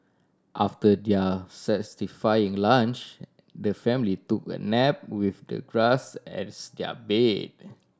after their satisfying lunch the family took a nap with the grass as their bed